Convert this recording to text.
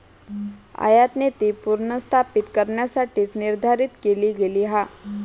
आयातनीती पुनर्स्थापित करण्यासाठीच निर्धारित केली गेली हा